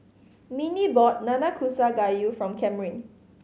Mindy bought Nanakusa Gayu for Camryn